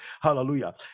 Hallelujah